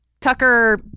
Tucker